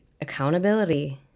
accountability